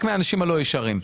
רק מהאנשים הלא ישרים.